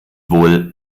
wohl